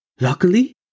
Luckily